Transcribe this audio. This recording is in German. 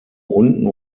unten